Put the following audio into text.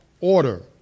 order